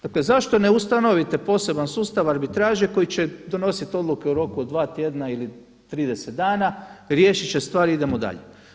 Dakle zašto ne ustanovite poseban sustav arbitraže koji će donositi odluke u roku od dva tjedna ili 30 dana, riješit će stvari i idemo dalje?